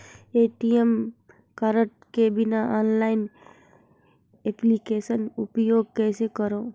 ATM card के बिना online application उपयोग कइसे करो?